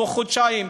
תוך חודשיים,